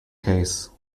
case